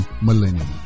millennium